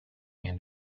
and